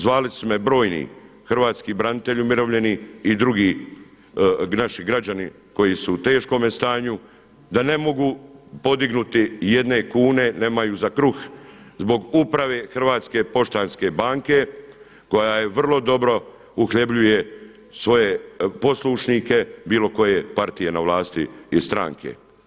Zvali su me brojni hrvatski branitelji umirovljeni i drugi naši građani koji su u teškome stanju da ne mogu podignuti jedne kune nemaju za kruh zbog Uprave Hrvatske poštanske banke koja vrlo dobro uhljebljuje svoje poslušnike bilo koje partije na vlasti i stranke.